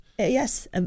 Yes